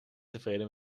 tevreden